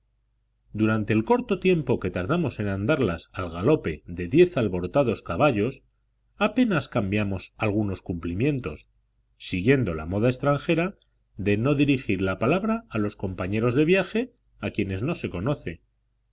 durante el corto tiempo que tardamos en andarlas al galope de diez alborotados caballos apenas cambiamos algunos cumplimientos siguiendo la moda extranjera de no dirigir la palabra a los compañeros de viaje a quienes no se conoce